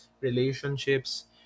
Relationships